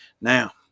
Now